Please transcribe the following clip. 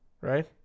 Right